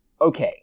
okay